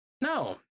No